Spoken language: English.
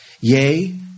Yea